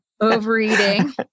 overeating